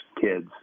kids